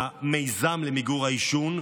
המיזם למיגור העישון,